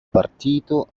partito